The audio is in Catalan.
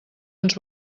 ens